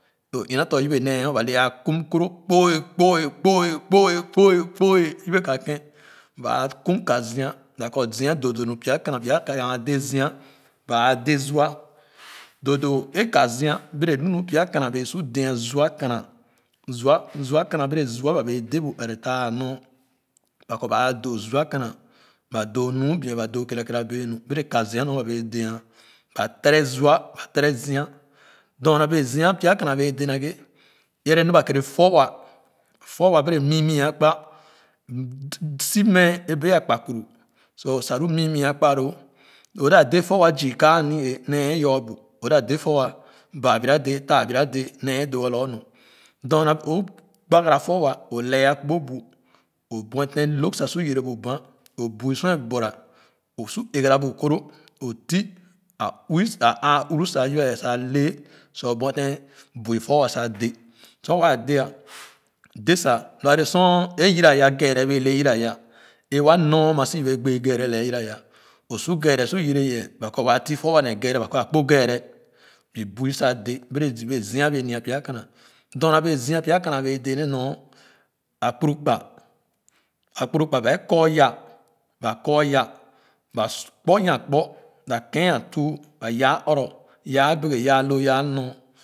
Lo o ina fɔ yebe nee yawo ba le a kum koro kpoe kpoe kpoe kpoe kpoe yebe ka ba aa kum ka zia ba kɔ zia doo doo nu pya kana pya kana a dé zia ba aa dé zua doo doo e ka zia bere lu nor pya kana bee zu dé zua kana zua zua kana bere zua ba bee dé bu ere taa e nor ba kɔ ba doo zua kana ba doo luu bere ba doo kera kerabee nor bere ka zia nor be bee de ah ba tere zua ba tere zia dorna bee zia pya kana bee de naghe é erenu ba kere fuwa fuwa bere miimii a kpa so akpa loo m ola dé fuwa zii kaa ani-ee nee a yor abu o da dé fuwa baa bira dee taa bira dee nee doo ah logor nu dornao gbagara funa o lee a kpo bu o buefèn lõg sa su yere bu banh o bui sor é bor-ra o buefẽn egara bu koro a ti a uih a ããuro za yebe ee sa lee sa o buetee bui fuwa sa dẽ sor waa deeh dẽ sa loa le sor ẽ yira ya yaa kèère bee le yiraya é waa nor ama sii bee gbee kèère lee yiraya o su kèère su yere yéé ba kɔ waa fi fuwa nee kéére ba kɔ akpo kéére bi bui sa dé bee zii bee zia a bee nya pya kana dorna bee zia pya kana bee dé nee nor a kpuru kpa akpuru kpa bae mor ya ba kor ya ba su kpu yan kpu ba kéé a tuu ba yaa ɔrɔ yaa abeke yaa lo yaa nor.